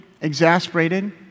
exasperated